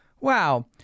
Wow